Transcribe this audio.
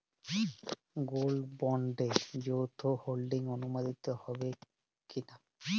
Gold বন্ডে যৌথ holding অনুমোদিত হবে কিনা?